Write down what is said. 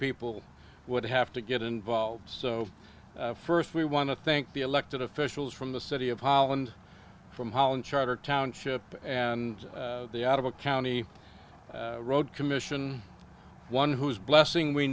people would have to get involved so first we want to thank the elected officials from the city of holland from holland charter township and out of a county road commission one whose blessing we